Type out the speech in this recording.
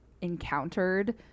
encountered